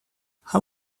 how